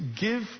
give